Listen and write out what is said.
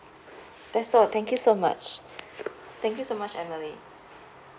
that's all thank you so much thank you so much emily